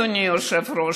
אדוני היושב-ראש,